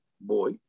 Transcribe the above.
boy